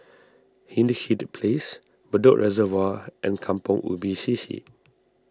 Hindhede Place Bedok Reservoir and Kampong Ubi C C